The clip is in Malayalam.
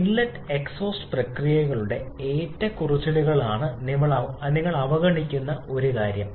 ഇൻലെറ്റ് എക്സ്ഹോസ്റ്റ് പ്രക്രിയകളിലെ ഏറ്റക്കുറച്ചിലുകളാണ് നിങ്ങൾ അവഗണിക്കുന്ന ഒരു കാര്യം